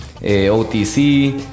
OTC